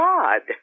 God